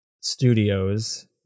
studios